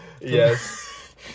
Yes